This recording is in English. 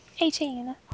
Eighteen